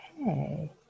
Okay